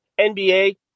NBA